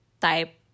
type